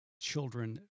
children